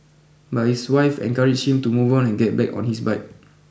but his wife encouraged him to move on and get back on his bike